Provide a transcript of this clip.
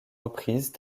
reprises